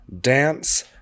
dance